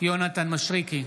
בהצבעה יונתן מישרקי,